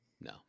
no